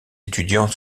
étudiants